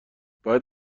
باید